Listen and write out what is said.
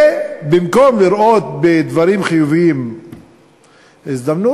ובמקום לראות בדברים חיוביים הזדמנות,